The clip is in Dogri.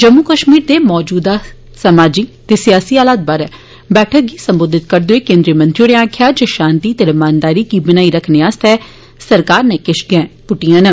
जम्मू कश्मीर दे मौजूदा समाजी ते सियासी हालात बारै बैठक गी संबोधित करदे होई केन्द्रीय मंत्री होरें आक्खेआ जे शांति ते रमानदारी गी बनाई रक्खने लेई सरकार नै किश गैंह् पुद्टियां न